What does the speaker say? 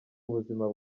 ubuzima